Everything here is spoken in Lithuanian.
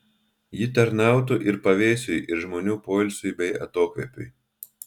ji tarnautų ir pavėsiui ir žmonių poilsiui bei atokvėpiui